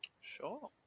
Sure